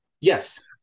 Yes